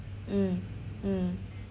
mm mm